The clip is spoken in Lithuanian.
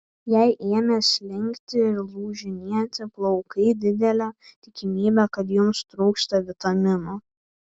jei ėmė slinkti ir lūžinėti plaukai didelė tikimybė kad jums trūksta vitaminų